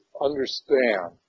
understand